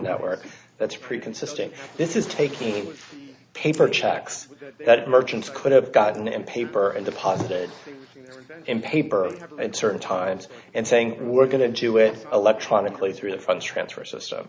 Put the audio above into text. network that's pretty consistent this is taking paper checks that merchants could have gotten in paper and deposited in paper at certain times and saying we're going to do it electronically through the front transfer system